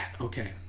Okay